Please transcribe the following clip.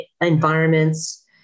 environments